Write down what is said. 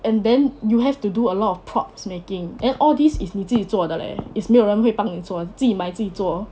and then you have to do a lot of props making then all these is 你自己做的 leh is 没有人会帮你做自己买自己做